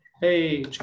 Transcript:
Hey